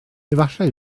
efallai